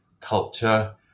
culture